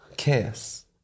kiss